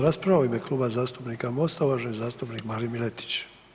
rasprava u ime Kluba zastupnika MOST-a uvaženi zastupnik Marin Miletić.